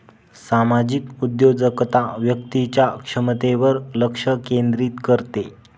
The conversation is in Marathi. सामाजिक उद्योजकता व्यक्तीच्या क्षमतेवर लक्ष केंद्रित करते